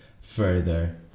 further